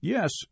Yes